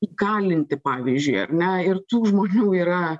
įkalinti pavyzdžiui ar ne ir tų žmonių yra